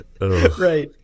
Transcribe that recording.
Right